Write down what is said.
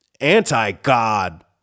anti-god